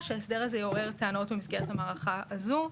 שההסדר הזה יעורר טענות במסגרת המערכה הזו,